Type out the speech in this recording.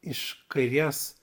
iš kairės